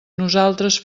nosaltres